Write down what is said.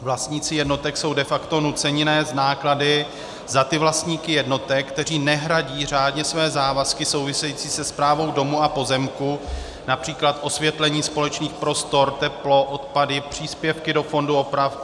Vlastníci jednotek jsou de facto nuceni nést náklady za ty vlastníky jednotek, kteří nehradí řádně své závazky související se správou domu a pozemku, například osvětlení společných prostor, teplo, odpady, příspěvky do fondu oprav atd.